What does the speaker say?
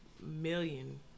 million